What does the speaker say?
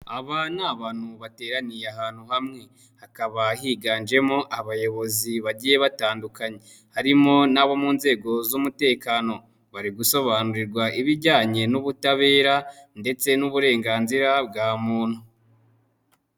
Aba ni abantu bateraniye ahantu hamwe hakaba higanjemo abayobozi bagiye batandukanye harimo n'abo mu nzego z'umutekano, bari gusobanurirwa ibijyanye n'ubutabera ndetse n'uburenganzira bwa muntu.